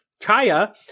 Kaya